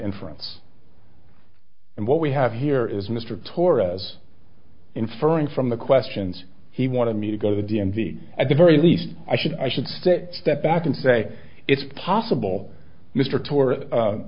inference and what we have here is mr torres inferring from the questions he wanted me to go to the d m v at the very least i should i should stick step back and say it's possible mr to